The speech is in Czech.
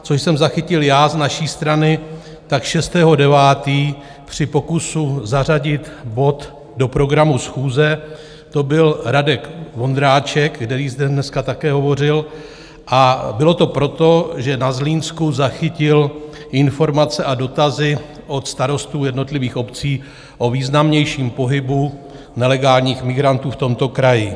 Co jsem zachytil já z naší strany, tak 6. 9. 2022 při pokusu zařadit bod do programu schůze to byl Radek Vondráček, který zde dneska také hovořil, a bylo to proto, že na Zlínsku zachytil informace a dotazy od starostů jednotlivých obcí o významnějším pohybu nelegálních migrantů v tomto kraji.